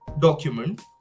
document